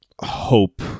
hope